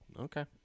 Okay